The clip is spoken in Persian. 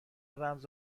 رمز